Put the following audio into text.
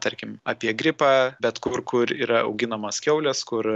tarkim apie gripą bet kur kur yra auginamos kiaulės kur